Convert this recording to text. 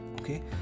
okay